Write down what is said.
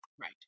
Right